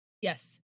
Yes